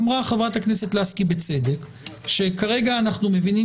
אמרה חברת הכנסת לסקי בצדק שכרגע אנחנו מבינים